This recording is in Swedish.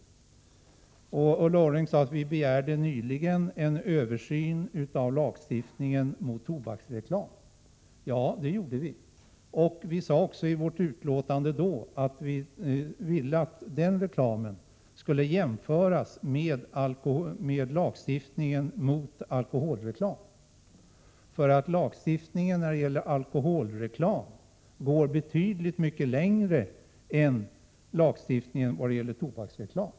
Ulla Orring sade att vi nyligen begärde en översyn av lagstiftningen mot tobaksreklam. Ja, det gjorde vi, och vi sade då i vårt utlåtande att vi ville att den lagstiftningen skulle jämföras med lagstiftningen mot alkoholreklam. Denna lagstiftning går nämligen betydligt längre än lagstiftningen mot tobaksreklam.